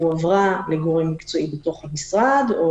הועברה לגורם מקצועי בתוך המשרד או